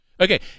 okay